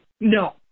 no